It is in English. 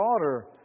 daughter